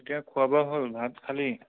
এতিয়া খোৱা বোৱা হ'ল ভাত খালি